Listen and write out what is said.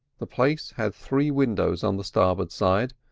the place had three windows on the starboard side,